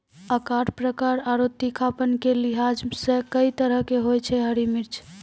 आकार, प्रकार आरो तीखापन के लिहाज सॅ कई तरह के होय छै हरी मिर्च